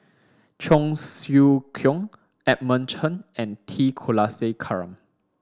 Cheong Siew Keong Edmund Chen and T Kulasekaram